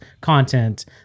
content